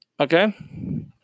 Okay